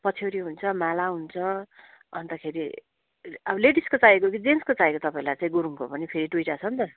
पछ्यौरी हुन्छ माला हुन्छ अनि त खेरि लेडिसको चाहिएको कि जेन्ट्सको चाहिएको तपाईँलाई चाहिँ गुरुङको पनि फेरि दुइटा छ नि त